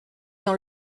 dans